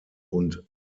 und